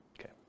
Okay